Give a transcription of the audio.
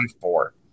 four